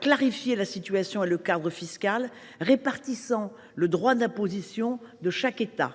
clarifie ce cadre fiscal en répartissant les droits d’imposition de chaque État.